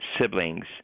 siblings